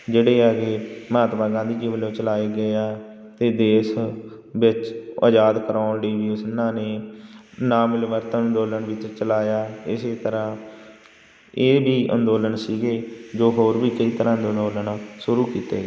ਜਿਹੜੇ ਹੈਗੇ ਮਹਾਤਮਾ ਗਾਂਧੀ ਜੀ ਵੱਲੋਂ ਚਲਾਏ ਗਏ ਆ ਅਤੇ ਦੇਸ਼ ਵਿੱਚ ਆਜ਼ਾਦ ਕਰਵਾਉਣ ਲਈ ਵੀ ਉਸ ਉਹਨਾਂ ਨੇ ਨਾਮਿਲਵਰਤਨ ਅੰਦੋਲਨ ਵਿੱਚ ਚਲਾਇਆ ਇਸ ਤਰ੍ਹਾਂ ਇਹ ਵੀ ਅੰਦੋਲਨ ਸੀਗੇ ਜੋ ਹੋਰ ਵੀ ਕਈ ਤਰ੍ਹਾਂ ਦੇ ਅੰਦੋਲਨ ਸ਼ੁਰੂ ਕੀਤੇ